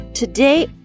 Today